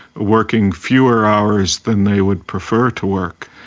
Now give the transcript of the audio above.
working fewer hours than they would prefer to work.